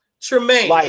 Tremaine